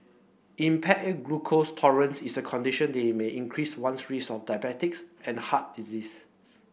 impaired glucose tolerance is a condition that may increase one's risk of diabetes and heart disease